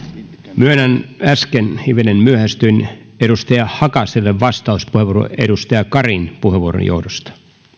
myönnän äsken hivenen myöhästyin edustaja hakaselle vastauspuheenvuoron edustaja karin puheenvuoron johdosta